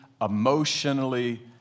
emotionally